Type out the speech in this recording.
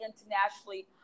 internationally